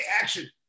action